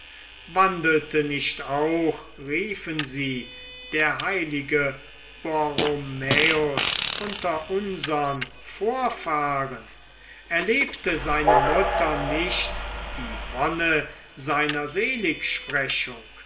wandelte nicht auch riefen sie der heilige borromäus unter unsern vorfahren erlebte seine mutter nicht die wonne seiner